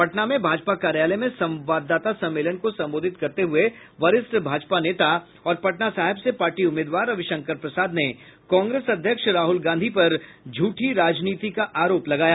पटना में भाजपा कार्यालय में संवाददाता सम्मेलन को संबोधित करते हुये वरिष्ठ भाजपा नेता और पटना साहिब से पार्टी उम्मीदवार रविशंकर प्रसाद ने कांग्रेस अध्यक्ष राहुल गांधी पर झूठी राजनीति का आरोप लगाया